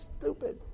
stupid